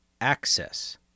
Access